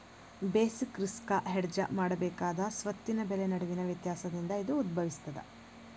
basic risk hedge ಮಾಡಬೇಕಾದ ಸ್ವತ್ತಿನ ಬೆಲೆ ನಡುವಿನ ವ್ಯತ್ಯಾಸದಿಂದ ಇದು ಉದ್ಭವಿಸ್ತದ